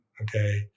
Okay